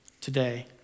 today